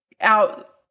out